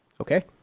okay